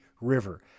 river